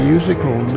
musical